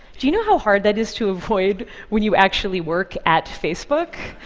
do you know how hard that is to avoid when you actually work at facebook?